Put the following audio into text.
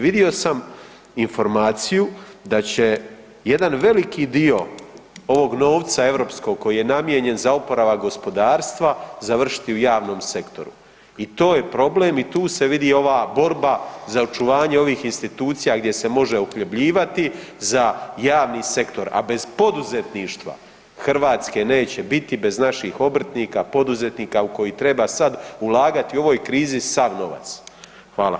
Vidio sam informaciju da će jedan veliki dio ovog novca europskog koji je namijenjen za oporavak gospodarstva završiti u javnom sektoru i to je problem i tu se vidi ova borba za očuvanje ovih institucija gdje se može uhljebljivati za javni sektor, a bez poduzetništva Hrvatske neće biti bez naših obrtnika, poduzetnika u koji treba sad ulagati u ovoj krizi sav novac.